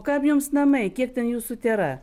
kam jums namai kiek ten jūsų tėra